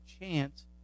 chance